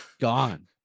Gone